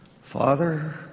Father